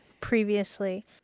previously